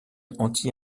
anti